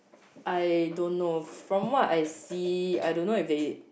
I don't know from what I see I don't know if they